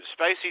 Spacey